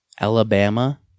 Alabama